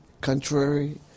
contrary